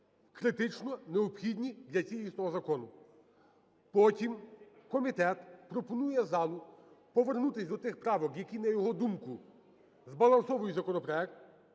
критично необхідні для цілісного закону. Потім комітет пропонує залу повернутися до тих правок, які, на його думку, збалансовують законопроект,